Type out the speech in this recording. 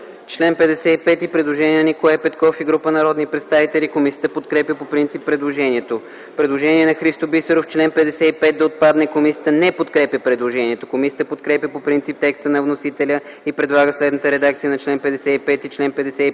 чл. 55 има предложение на Николай Петков и група народни представители. Комисията подкрепя по принцип предложението. Има предложение на Христо Бисеров – чл. 55 да отпадне. Комисията не подкрепя предложението. Комисията подкрепя по принцип текста на вносителя и предлага следната редакция на чл. 55: „Чл. 55.